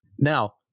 Now